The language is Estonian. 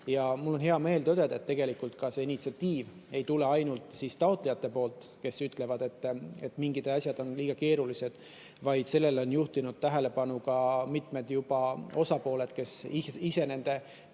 Mul on hea meel tõdeda, et tegelikult initsiatiiv ei tule ainult taotlejatelt, kes ütlevad, et mingid asjad on liiga keerulised, vaid sellele on juhtinud tähelepanu mitmed osapooled, kes ise nende